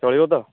ଚଳିବ ତ